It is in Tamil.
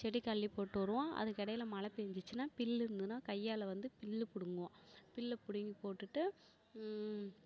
செடிக்கு அள்ளி போட்டு வருவோம் அதுக்கு இடையில மழை பெஞ்சிச்சின்னா புல்லு இருந்துதுன்னா கையால் வந்து புல்லு புடுங்குவோம் புல்ல பிடிங்கி போட்டுட்டு